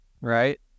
right